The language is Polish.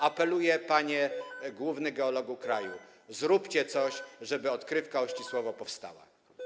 Apeluję, panie główny geologu kraju: zróbcie coś, żeby odkrywka Ościsłowo powstała.